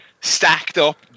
stacked-up